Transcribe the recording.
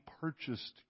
purchased